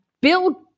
bill